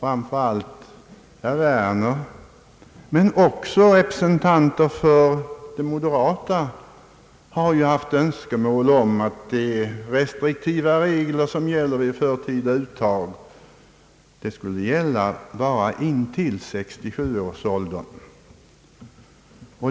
Framför allt herr Werner men också representanter för moderata samlingspartiet har framfört önskemål om att de restriktiva regler som gäller vid förtida uttag skulle gälla bara fram till 67-årsåldern.